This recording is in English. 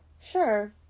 Sure